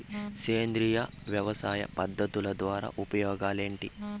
సేంద్రియ వ్యవసాయ పద్ధతుల ద్వారా ఉపయోగాలు ఏంటి?